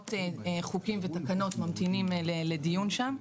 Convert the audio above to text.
מאות חוקים ותקנות ממתינים לדיון שם.